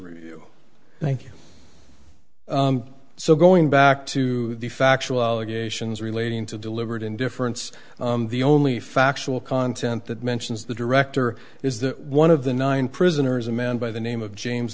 review thank you so going back to the factual allegations relating to deliberate indifference the only factual content that mentions the director is that one of the nine prisoners a man by the name of james